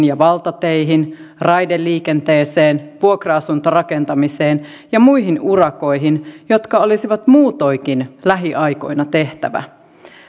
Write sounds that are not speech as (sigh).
(unintelligible) ja valtateihin raideliikenteeseen vuokra asuntorakentamiseen ja muihin urakoihin jotka olisi muutoinkin lähiaikoina tehtävä